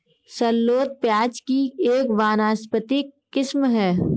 shallot प्याज़ की एक वानस्पतिक किस्म है